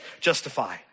justify